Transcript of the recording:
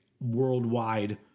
worldwide